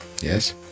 Yes